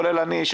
כולל אותי,